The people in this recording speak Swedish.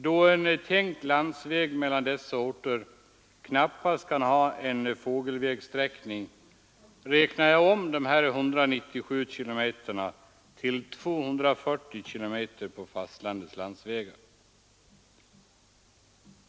Då en tänkt landsväg mellan dessa orter knappast kan ha en fågelvägssträckning räknar jag om dessa 197 km till 240 km på fastlandets landsvägar.